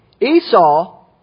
Esau